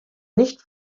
nicht